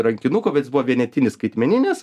rankinuko bet jis buvo vienetinis skaitmeninis